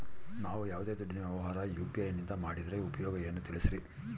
ನಾವು ಯಾವ್ದೇ ದುಡ್ಡಿನ ವ್ಯವಹಾರ ಯು.ಪಿ.ಐ ನಿಂದ ಮಾಡಿದ್ರೆ ಉಪಯೋಗ ಏನು ತಿಳಿಸ್ರಿ?